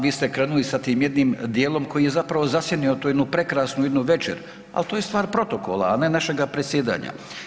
Vi ste krenuli sa tim jednim dijelom koji je zapravo zasjenio tu jednu prekrasnu, jednu večer, al to je stvar protokola, a ne našega predsjedanja.